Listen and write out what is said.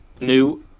new